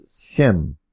Shim